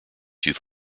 youth